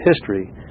history